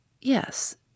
Yes